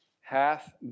hath